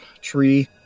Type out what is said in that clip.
tree